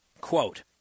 Quote